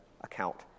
account